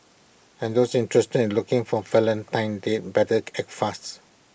and those interested in looking for A Valentine's date better act fasts